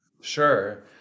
Sure